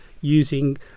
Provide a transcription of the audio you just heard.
using